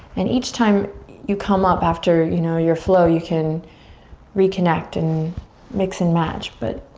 and each time you come up after you know your flow you can reconnect and mix and match. but,